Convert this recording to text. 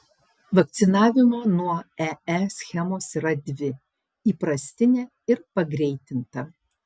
vakcinavimo nuo ee schemos yra dvi įprastinė ir pagreitinta